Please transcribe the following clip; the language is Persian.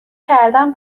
کردن